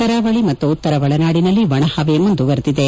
ಕರಾವಳಿ ಮತ್ತು ಉತ್ತರ ಒಳನಾಡಿನಲ್ಲಿ ಒಣಹವೆ ಮುಂದುವರೆದಿದೆ